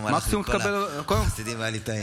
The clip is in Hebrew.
מה אני עושה עם כל החסידים והליטאים?